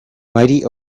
mighty